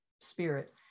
spirit